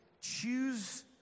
choose